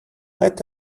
let